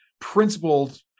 principled